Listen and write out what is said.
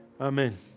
Amen